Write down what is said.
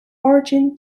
origin